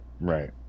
right